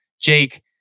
Jake